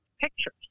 pictures